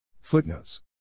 Footnotes